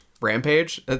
rampage